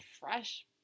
fresh